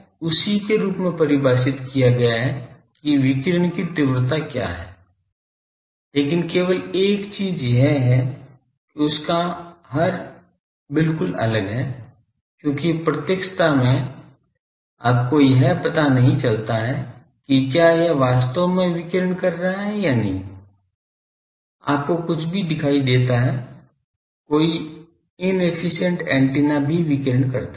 तो यह उसी के रूप में परिभाषित किया गया है कि विकिरण की तीव्रता क्या है लेकिन केवल एक चीज यह है कि उसका हर बिलकुल अलग है क्योंकि प्रत्यक्षता में आपको यह पता नहीं चलता है कि क्या यह वास्तव में विकिरण कर रहा है या नहीं आपको कुछ भी दिखाई देता है कोई अकुशल एंटीना भी विकिरण करता है